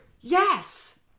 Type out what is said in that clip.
Yes